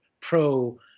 pro